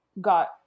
got